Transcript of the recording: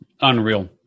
Unreal